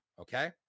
okay